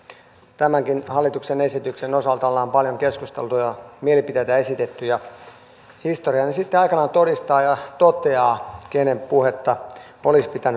tämänkin hallituksen esityksen osalta ollaan paljon keskusteltu ja mielipiteitä esitetty ja historia sitten aikanaan todistaa ja toteaa kenen puhetta olisi pitänyt kuunnella